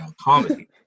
comedy